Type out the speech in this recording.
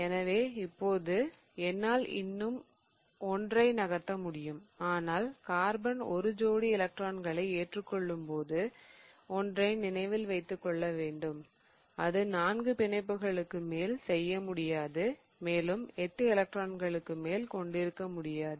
எனவே இப்போது என்னால் இன்னும் ஒன்றை நகர்த்த முடியும் ஆனால் கார்பன் ஒரு ஜோடி எலக்ட்ரான்களை ஏற்றுக் கொள்ளும் போதும் ஒன்றை நினைவில் வைத்துக் கொள்ள வேண்டும் அது நான்கு பிணைப்புகளுக்கு மேல் செய்ய முடியாது மேலும் எட்டு எலக்ட்ரான்களுக்கு மேல் கொண்டிருக்க முடியாது